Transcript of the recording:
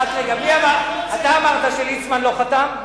הרב גפני, אתה אמרת שליצמן לא חתם?